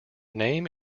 name